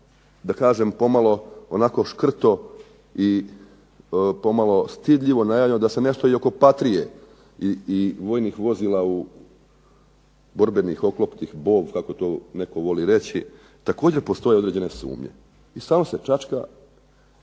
da kažem pomalo onako škrto i pomalo stidljivo najavljeno da se nešto i oko "Patrije" i vojnih vozila borbenih, oklopnih kako to netko voli reći također postoje određene sumnje. I stalno se čačka